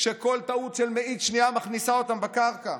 כשכל טעות של מאית שנייה מכניסה אותם בקרקע,